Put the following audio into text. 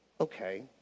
okay